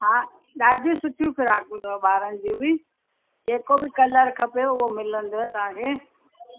हा ॾाढियूं सुठियूं फ्राकूं अथव ॿारनि जूं बि जेको बि कलर खपेव उहो मिलंदव तव्हांखे